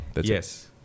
Yes